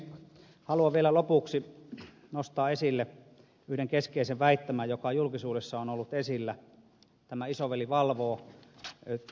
haluan vielä lopuksi nos taa esille yhden keskeisen väittämän joka julkisuudessa on ollut esillä tämän isoveli valvoo tyyppisen asian